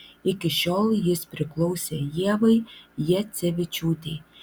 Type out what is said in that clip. iki šiol jis priklausė ievai jacevičiūtei